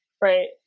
Right